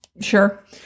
Sure